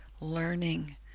learning